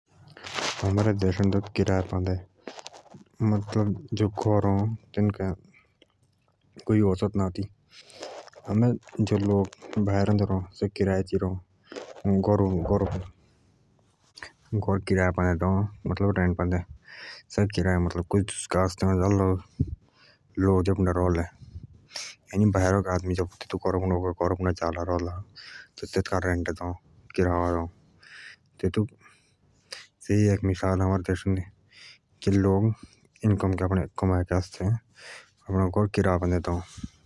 आमार देशदे जो किराए पान्दे घर अ तिनुका कोई औसत ना आति आम जो बायरदे रोऊ से किराए पान्दे रोऊं मतलब घर किराए पान्दे देअ जालक रला किराया देअ ऐजा लोगुके इनकम का साधन अ।